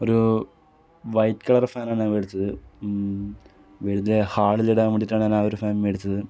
ഒരു white colour fan ആണ് മേടിച്ചത് വെറുതെ ഹാളിലിടാൻ വേണ്ടീട്ടാണ് ഞാനാ ഒരു ഫാൻ മേടിച്ചത്